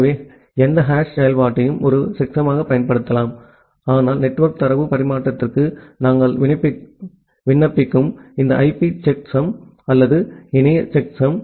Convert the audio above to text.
எனவே எந்த ஹாஷ் செயல்பாட்டையும் ஒரு செக்சமாகப் பயன்படுத்தலாம் ஆனால் நெட்வொர்க் தரவு பரிமாற்றத்திற்கு நாங்கள் விண்ணப்பிக்கும் இந்த ஐபி செக்சம் அல்லது இணைய செக்சம்